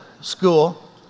school